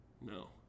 No